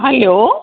hello